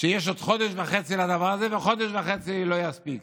שיש עוד חודש וחצי לדבר הזה, וחודש וחצי לא יספיק.